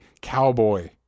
Cowboy